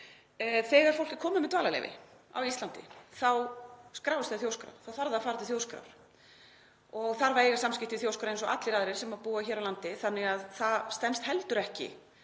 Þegar fólk er komið með dvalarleyfi á Íslandi þá skráist það í Þjóðskrá. Þá þarf það að fara til Þjóðskrár og þarf að eiga samskipti við Þjóðskrá eins og allir aðrir sem búa hér á landi þannig að það stenst heldur ekki